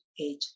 age